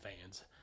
fans